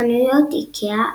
חנויות איקאה,